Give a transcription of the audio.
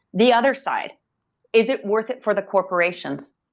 the other side is it worth it for the corporations?